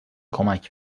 کمک